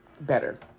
better